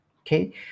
Okay